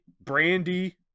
Brandy